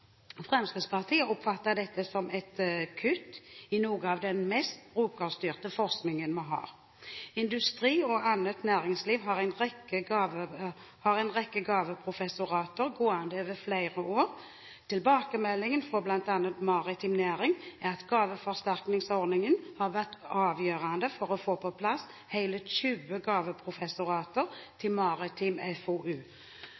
Fremskrittspartiet oppfatter dette som et kutt i noe av den mest brukerstyrte forskningen vi har. Industri og annet næringsliv har en rekke gaveprofessorater gående over flere år. Tilbakemeldingene fra bl.a. maritim næring er at gaveforsterkningsordningen har vært avgjørende for å få på plass hele 20 gaveprofessorater